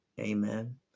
amen